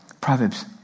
Proverbs